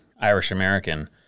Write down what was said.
Irish-American